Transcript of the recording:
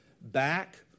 back